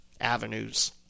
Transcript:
avenues